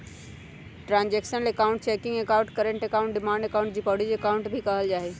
transactional account checking account, current account, demand deposit account भी कहल जाहई